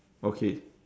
okay